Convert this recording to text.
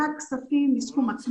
כאשר מדברים על חלוקת כספים מסכום הקנס,